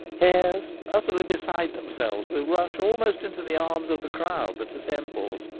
hares, utterly beside themselves, wilt rush almost into the arms of the crowd that assembles,